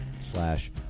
slash